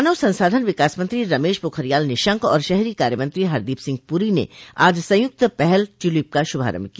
मानव संसाधन विकास मंत्री रमेश पोखरियाल निशंक और शहरी कार्य मंत्री हरदीप सिंह पुरी ने आज सयुक्त पहल ट्यूलिप का शुभारंभ किया